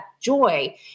joy